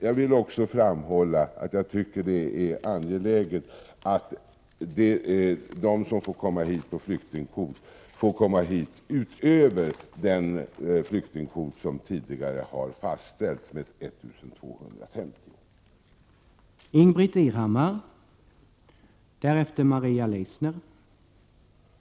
Jag vill också framhålla der att jag tycker det är angeläget att de som får komma hit får komma utöver den flyktingkvot som tidigare har fastställts, nämligen 1 250 personer.